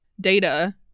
data